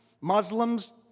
Muslims